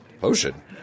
Potion